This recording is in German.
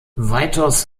weiters